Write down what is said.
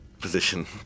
position